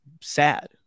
sad